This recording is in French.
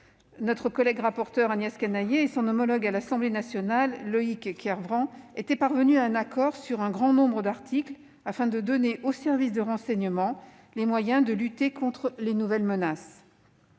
Notre collègue rapporteur Agnès Canayer et son homologue à l'Assemblée nationale, Loïc Kervran, étaient parvenus à un accord sur un grand nombre d'articles, afin de donner aux services de renseignement les moyens de lutter contre les nouvelles menaces.